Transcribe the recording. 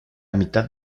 mitad